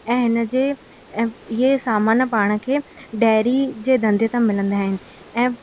ऐं हिन जे ए इहे सामान पाण खे डेयरी जे धंधे तां मिलंदा आहिनि ऐं